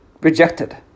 rejected